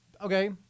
Okay